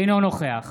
אינו נוכח